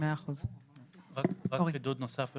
רק חידוד נוסף.